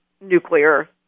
nuclear